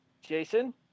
Jason